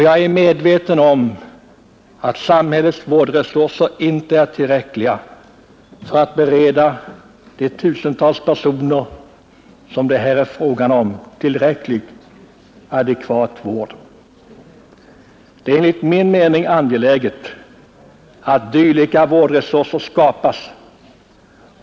Jag är medveten om att samhällets vårdresurser inte är tillräckliga för att bereda de tusentals personer som det här är fråga om tillräcklig och adekvat vård. Det är enligt min mening angeläget att dylika vårdresurser skapas.